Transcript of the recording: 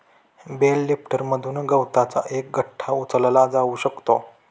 bell लिफ्टरमधून गवताचा एक गठ्ठा उचलला जाऊ शकतो